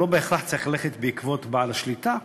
הוא לא צריך בהכרח ללכת בעקבות בעל השליטה,